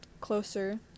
closer